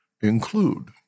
include